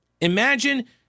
Imagine